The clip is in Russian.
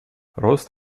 рост